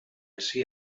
ací